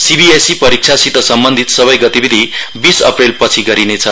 CBSE परिक्षासित सम्बन्धित सबै गतिविधि बीस अप्रेल पछि गरिने छ